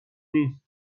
نیست